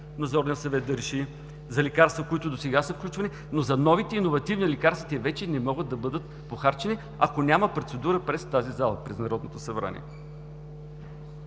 за клинични пътеки, за лекарства, които досега са включвани, но за новите иновативни лекарства вече не могат да бъдат похарчени, ако няма процедура през тази зала, през Народното събрание.